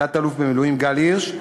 תת-אלוף במילואים גל הירש,